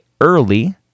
early